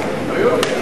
יוליה